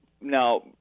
Now